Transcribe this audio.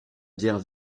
bière